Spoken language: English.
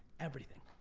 everything,